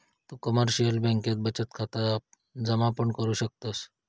तु कमर्शिअल बँकेत बचत खाता जमा पण करु शकतस